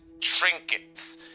trinkets